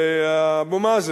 לאבו מאזן,